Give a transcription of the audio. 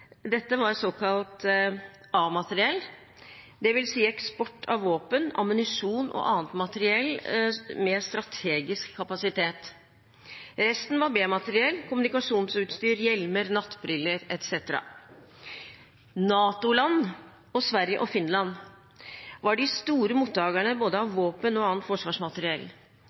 dette var såkalt A-materiell, dvs. eksport av våpen, ammunisjon og annet materiell med strategisk kapasitet. Resten var B-materiell: kommunikasjonsutstyr, hjelmer, nattbriller etc. NATO-land og Sverige og Finland var de store mottakerne av både våpen og annet forsvarsmateriell. I 2013 utgjorde eksporten av